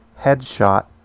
Headshot